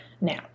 Now